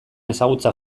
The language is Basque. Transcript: ezagutza